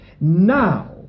now